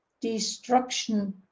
destruction